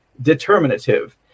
determinative